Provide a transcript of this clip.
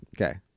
okay